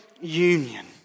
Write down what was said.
union